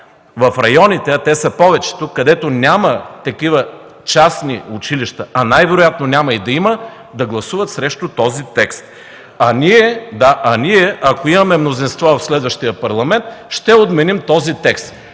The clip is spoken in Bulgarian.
в районите, а те са повечето, където няма такива частни училища, а най-вероятно няма и да има – да гласуват срещу този текст. Ние, ако имаме мнозинство в следващия парламент, ще отменим този текст.